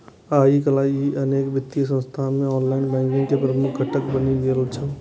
आइकाल्हि ई अनेक वित्तीय संस्थान मे ऑनलाइन बैंकिंग के प्रमुख घटक बनि गेल छै